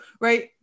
Right